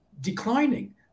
declining